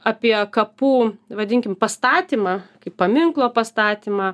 apie kapų vadinkim pastatymą kaip paminklo pastatymą